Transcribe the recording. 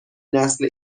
نسل